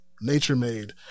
nature-made